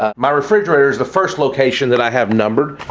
ah my refrigerator is the first location that i have numbered.